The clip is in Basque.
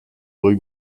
goi